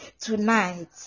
Tonight